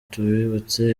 tubibutse